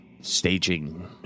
staging